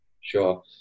Sure